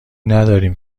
نداریم